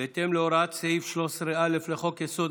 בהתאם להוראת סעיף 13(א) לחוק-יסוד: